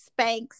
Spanx